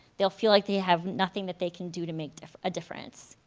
they'll feel like they have nothing that they can do to make a difference,